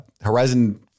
Horizon